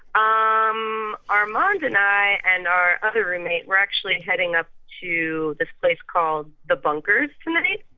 ah um armand and i and our other roommate we're actually heading up to this place called the bunkers tonight.